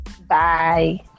Bye